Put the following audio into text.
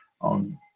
on